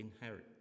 inherit